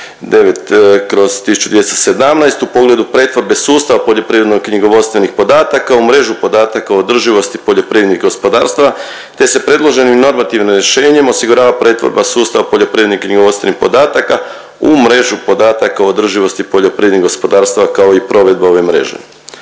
u pogledu pretvorbe sustava poljoprivredno-knjigovodstvenih podataka u mrežu podataka o održivosti poljoprivrednih gospodarstava, te se predloženim normativnim rješenjem osigurava pretvorba sustava poljoprivrednih knjigovodstvenih podataka u mrežu podataka o održivosti poljoprivrednih gospodarstava kao i provedbu ove mreže.